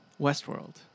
Westworld